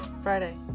friday